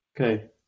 Okay